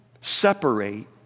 separate